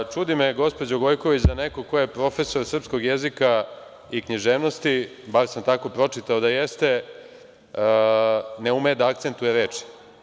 Čudi me, gospođo Gojković, da neko ko je profesor srpskog jezika i književnosti, bar sam tako pročitao da jeste, ne ume da akcentuje reči.